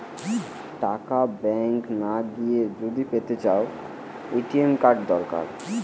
টাকা ব্যাঙ্ক না গিয়ে যদি পেতে চাও, এ.টি.এম কার্ড দরকার